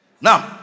Now